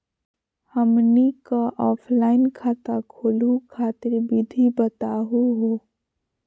हमनी क ऑफलाइन खाता खोलहु खातिर विधि बताहु हो?